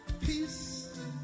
peace